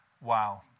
Wow